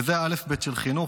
זה האלף-בית של חינוך,